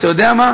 ואתה יודע מה,